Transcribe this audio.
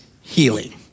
healing